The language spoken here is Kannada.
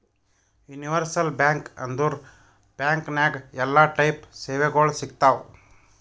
ಯೂನಿವರ್ಸಲ್ ಬ್ಯಾಂಕ್ ಅಂದುರ್ ಬ್ಯಾಂಕ್ ನಾಗ್ ಎಲ್ಲಾ ಟೈಪ್ ಸೇವೆಗೊಳ್ ಸಿಗ್ತಾವ್